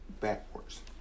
backwards